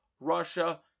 russia